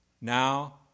Now